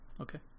Okay